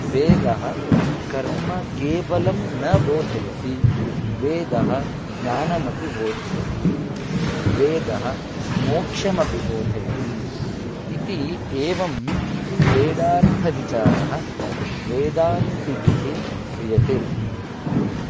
वेदः कर्म केवलं न बोधयति वेदः ज्ञानमपि बोधयति वेदः मोक्षमपि बोधयति इति एवं वेदार्थविचारः वेदान्तिभिः क्रियते